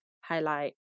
highlight